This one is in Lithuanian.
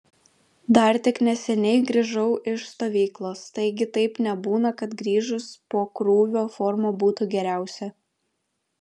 dar tik neseniai grįžau iš stovyklos taigi taip nebūna kad grįžus po krūvio forma būtų geriausia